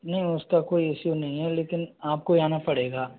नहीं उस का कोई इश्यू नहीं है लेकिन आपको आना पड़ेगा